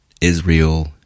Israel